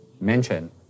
mention